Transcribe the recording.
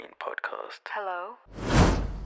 hello